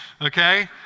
okay